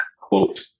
quote